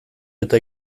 eta